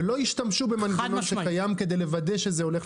ולא השתמשו במנגנון שקיים כדי לוודא שזה הולך למודרי אשראי.